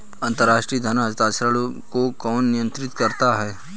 अंतर्राष्ट्रीय धन हस्तांतरण को कौन नियंत्रित करता है?